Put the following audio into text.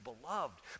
beloved